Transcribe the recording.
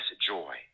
joy